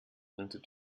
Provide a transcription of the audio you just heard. unter